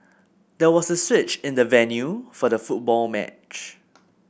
there was a switch in the venue for the football match